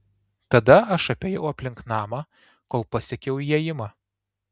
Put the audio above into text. tada aš apėjau aplink namą kol pasiekiau įėjimą